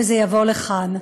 וזה יבוא לכאן.